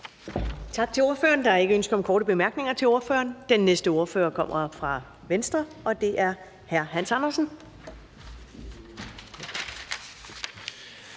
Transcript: Tak til ordføreren. Der er ikke nogen korte bemærkninger til ordføreren. Den næste ordfører kommer fra Nye Borgerlige, og det er hr. Lars Boje